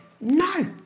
No